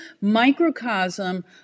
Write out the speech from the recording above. microcosm